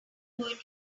going